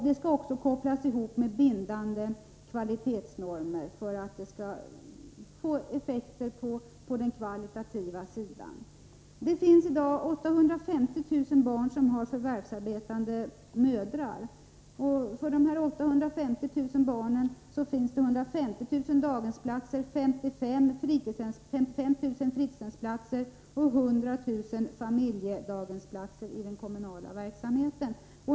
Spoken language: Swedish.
Det skall kopplas in bindande kvalitetsnormer för att få effekter på den kvalitativa sidan. Det finns i dag 850 000 barn som har förvärvsarbetande mödrar. För dessa 850 000 barn finns det 150 000 daghemsplatser, 55 000 fritidshemsplatser och 100 000 familjedaghemsplatser i den kommunala verksamheten.